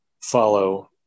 follow